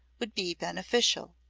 would be beneficial.